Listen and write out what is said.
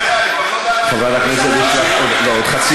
אתם הורסים את ישראל, ואנחנו נתקן